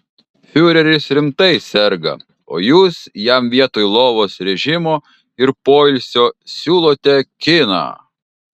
fiureris rimtai serga o jūs jam vietoj lovos režimo ir poilsio siūlote kiną